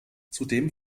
zudem